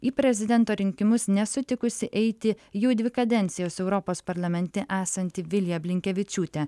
į prezidento rinkimus nesutikusi eiti jų dvi kadencijos europos parlamente esanti vilija blinkevičiūtė